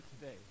today